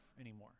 anymore